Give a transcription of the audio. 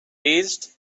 based